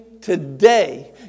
today